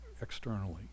externally